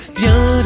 bien